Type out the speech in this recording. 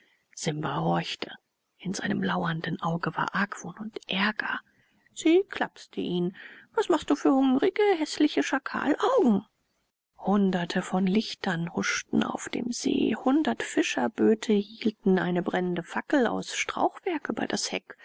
simba horchte in seinem lauernden auge war argwohn und ärger sie klapste ihn was machst du für hungrige häßliche schakalsaugen hunderte von lichtern huschten auf dem see hundert fischerböte hielten eine brennende fackel aus strauchwerk über das heck